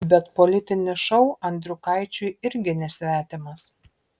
bet politinis šou andriukaičiui irgi nesvetimas